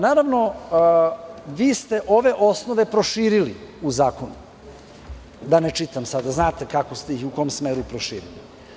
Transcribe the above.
Naravno, vi ste ove osnove proširili u zakonu, da ne čitam sada, znate kako ste ih i u kom smeru proširili.